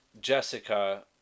Jessica